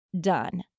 done